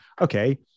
okay